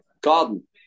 garden